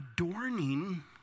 adorning